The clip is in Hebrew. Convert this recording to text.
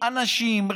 אנשים,